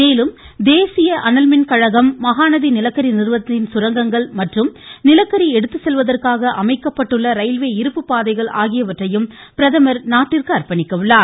மேலும் தேசிய அனல்மின் கழகம் மகாநதி நிலக்கரி நிறுவனத்தின் சுரங்கங்கள் மற்றும் நிலக்கரி எடுத்துச்செல்வதற்காக அமைக்கப்பட்டுள்ள ரயில்வே இருப்புப்பாதைகள் ஆகியவற்றையும் பிரதமர் நாட்டிற்கு அர்ப்பணிக்க உள்ளார்